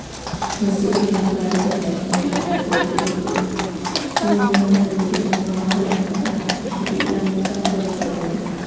ꯉꯁꯤ ꯑꯩꯈꯣꯏꯅ ꯕꯥꯌꯣꯗ ꯃꯥꯏꯌꯣꯛꯅꯔꯤꯕ ꯑꯀꯣꯏꯕꯒꯤ ꯐꯤꯕꯝꯗꯤ ꯅꯣꯡꯃ ꯅꯣꯡꯃꯒꯤ ꯃꯤꯗꯤ ꯁꯨꯝ ꯁꯨꯝ ꯌꯥꯝꯈꯠꯂꯛꯄꯅꯤꯅ ꯍꯥꯏꯕꯗꯤ ꯂꯝꯅ ꯆꯥꯎꯊꯣꯔꯛꯇꯕꯅꯤꯅ